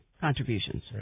contributions